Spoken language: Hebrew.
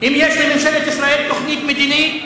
אם יש לממשלת ישראל תוכנית מדינית,